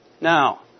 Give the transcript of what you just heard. Now